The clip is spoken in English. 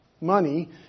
money